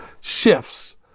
shifts